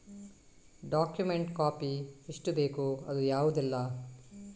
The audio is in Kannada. ಡಾಕ್ಯುಮೆಂಟ್ ಕಾಪಿ ಎಷ್ಟು ಬೇಕು ಅದು ಯಾವುದೆಲ್ಲ?